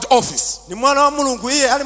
office